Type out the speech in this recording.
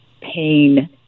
pain